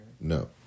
No